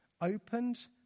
opened